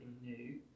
new